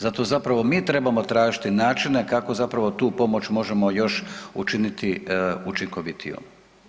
Zato zapravo mi trebamo tražiti načine kako zapravo tu pomoć možemo još učiniti učinkovitijom.